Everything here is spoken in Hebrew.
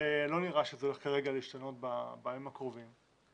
ולא נראה שזה הולך כרגע להשתנות בימים הקרובים,